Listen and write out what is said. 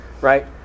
right